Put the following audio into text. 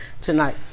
tonight